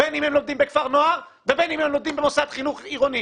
בין אם הם לומדים בכפר נוער ובין אם הם לומדים במוסד חינוך עירוני.